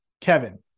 Kevin